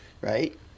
Right